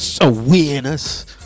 awareness